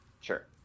sure